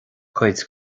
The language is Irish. cuid